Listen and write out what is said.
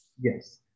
Yes